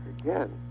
again